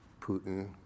Putin